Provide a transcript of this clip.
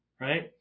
Right